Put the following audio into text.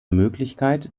möglichkeit